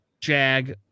jag